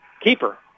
Keeper